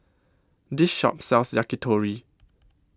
This Shop sells Yakitori